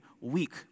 weak